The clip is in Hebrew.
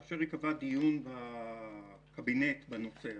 כאשר ייקבע דיון בקבינט בנושא הזה,